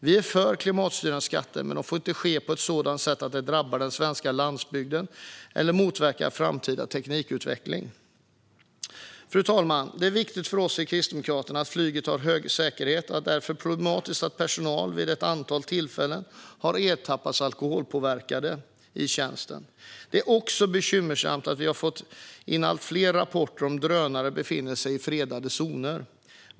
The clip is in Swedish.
Vi är för klimatstyrande skatter, men det får inte ske på ett sådant sätt att det drabbar den svenska landsbygden eller motverkar framtida teknikutveckling. Fru talman! Det är viktigt för oss i KD att flyget har hög säkerhet. Det är därför problematiskt att personal vid ett antal tillfällen har ertappats alkoholpåverkade i tjänsten. Det är också bekymmersamt att vi får in allt fler rapporter om drönare som befinner sig i fredade zoner.